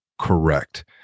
correct